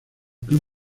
club